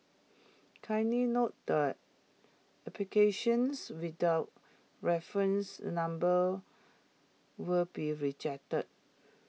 kindly note that applications without reference the numbers will be rejected